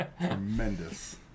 Tremendous